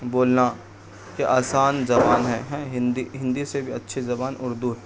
بولنا یہ آسان زبان ہے ہیں ہندی ہندی سے بھی اچھی زبان اردو ہے